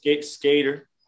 Skater